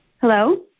Hello